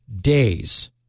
days